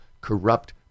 corrupt